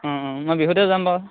অঁ অঁ মই বিহুতে যাম বাৰু